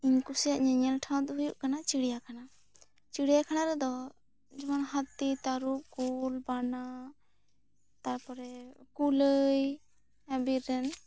ᱤᱧ ᱠᱩᱥᱤᱭᱟ ᱧᱮᱧᱮᱞ ᱴᱷᱟᱶ ᱫᱚ ᱦᱩᱭᱩᱜ ᱠᱟᱱᱟ ᱪᱤᱬᱤᱭᱟ ᱠᱷᱟᱱᱟ ᱪᱤᱬᱤᱭᱟ ᱠᱷᱟᱱᱟ ᱨᱮᱫᱚ ᱡᱮᱢᱚᱱ ᱦᱟᱛᱤ ᱛᱟᱹᱨᱩᱵ ᱠᱩᱞ ᱵᱟᱱᱟ ᱛᱟᱨᱯᱚᱨᱮ ᱠᱩᱞᱟᱹᱭ ᱵᱤᱨ ᱨᱮᱱ